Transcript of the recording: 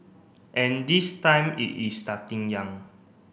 and this time it is starting young